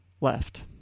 left